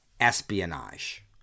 espionage